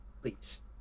Please